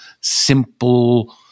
simple